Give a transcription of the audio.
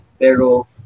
Pero